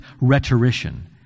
rhetorician